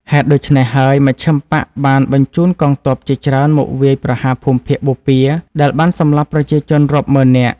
ហេតុដូច្នេះហើយ មជ្ឈិមបក្សបានបញ្ជូនកងទ័ពជាច្រើនមកវាយប្រហារភូមិភាគបូព៌ា ដែលបានសម្លាប់ប្រជាជនរាប់ម៉ឺន នាក់។